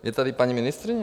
Je tady paní ministryně?